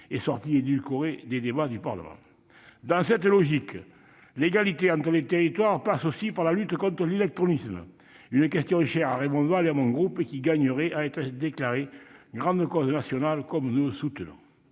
est sortie édulcorée des débats du Parlement. Dans la même logique, l'égalité entre les territoires doit également passer par la lutte contre l'illectronisme- une question chère à Raymond Vall et à mon groupe qui gagnerait à être déclarée grande cause nationale, comme nous le soutenons.